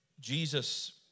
Jesus